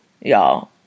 y'all